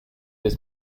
des